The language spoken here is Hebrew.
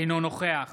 אינו נוכח